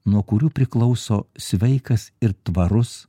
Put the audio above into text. nuo kurių priklauso sveikas ir tvarus